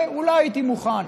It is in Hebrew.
ואולי הייתי מוכן,